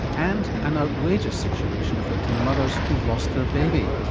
and an outrageous situation affecting mothers who've lost their baby.